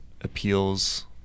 appeals